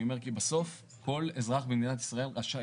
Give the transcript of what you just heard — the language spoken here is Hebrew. כי אני אומר שבסוף כל אזרח במדינת ישראל רשאי.